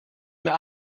mehr